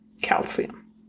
calcium